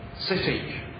city